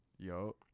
Yo